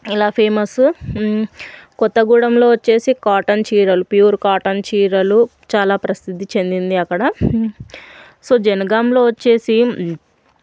అలా ఫేమస్ కొత్తగూడెంలో వచ్చేసి కాటన్ చీరలు ప్యూర్ కాటన్ చీరలు చాలా ప్రసిద్ధి చెందింది అక్కడ సో జనగాంలో వచ్చేసి